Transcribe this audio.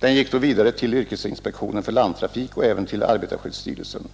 Den gick då vidare till yrkesinspektionen för landtrafik och även till arbetarskyddsstyrelsen.